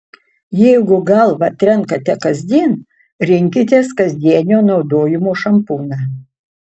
jeigu galvą trenkate kasdien rinkitės kasdienio naudojimo šampūną